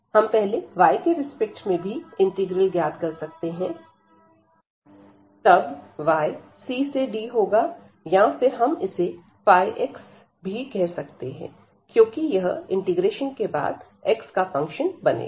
हम पहले y के रिस्पेक्ट में भी इंटीग्रल ज्ञात कर सकते हैं तब y c से d होगा या फिर हम इसे 𝜙 भी कह सकते हैं क्योंकि यह इंटीग्रेशन के बाद x का फंक्शन बनेगा